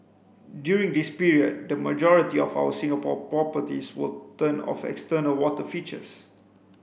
during this period the majority of our Singapore properties will turn off external water features